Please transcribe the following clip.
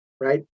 right